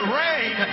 rain